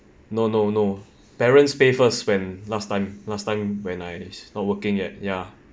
no no no parents pay first when last time last time when I not working yet ya